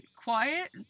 quiet